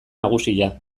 nagusia